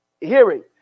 hearing